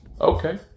Okay